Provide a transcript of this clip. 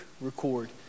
record